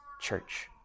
church